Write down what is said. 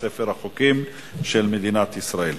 לספר החוקים של מדינת ישראל.